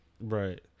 Right